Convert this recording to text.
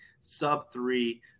sub-three